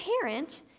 parent